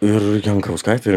ir jankauskaitė